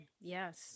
Yes